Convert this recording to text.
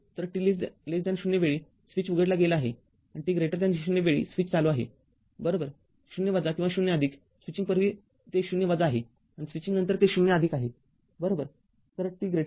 तर t0 वेळी switch उघडला गेला आहे आणि t0 वेळी स्विच चालू झाला आहे बरोबर 0 - किंवा 0 स्विचिंग पूर्वी ते 0 - आहे आणि स्विचिंग नंतर ते 0 आहे बरोबर